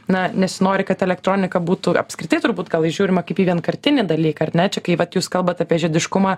na nesinori kad į elektroniką būtų apskritai turbūt gal žiūrima kaip į vienkartinį dalyką ar ne čia kai vat jūs kalbat apie žiediškumą